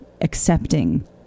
accepting